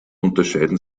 unterscheiden